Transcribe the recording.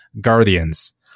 Guardians